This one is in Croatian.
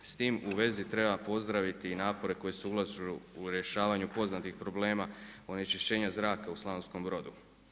S tim u vezi pozdraviti i napore koji se ulažu u rješavanju poznatih problema onečišćenja zraka u Slavonskom Brodu.